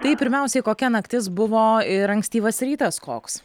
tai pirmiausiai kokia naktis buvo ir ankstyvas rytas koks